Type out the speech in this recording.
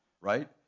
right